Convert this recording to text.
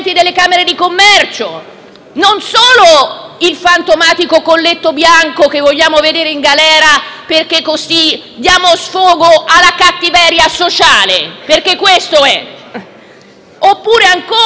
non solo il fantomatico colletto bianco che vogliamo vedere in galera perché così diamo sfogo alla cattiveria sociale: è di questo